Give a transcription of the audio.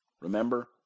Remember